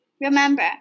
Remember